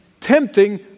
tempting